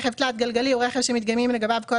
"רכב תלת-גלגלי" הוא רכב שמתקיימים לגביו כל